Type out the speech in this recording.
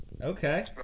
okay